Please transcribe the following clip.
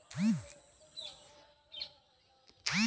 हमार ई.एम.आई खाली ब्याज में कती की मूलधन अउर ब्याज दोनों में से कटी?